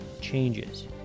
changes